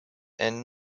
and